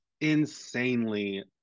insanely